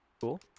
cool